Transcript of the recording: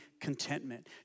contentment